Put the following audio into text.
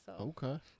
Okay